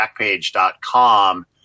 Backpage.com